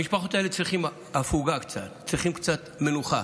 המשפחות האלה צריכות הפוגה קצת, צריכות קצת מנוחה.